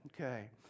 Okay